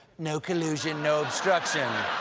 no collusion, no obstruction.